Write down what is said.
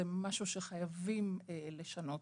זה משהו שחייבים לשנות.